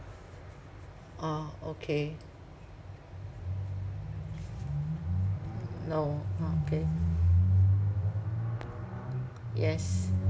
orh okay no okay yes